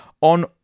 on